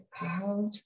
out